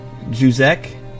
Juzek